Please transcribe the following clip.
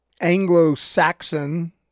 Anglo-Saxon